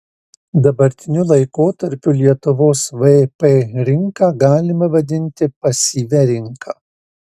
dabartiniu laikotarpiu lietuvos vp rinką galime vadinti pasyvia rinka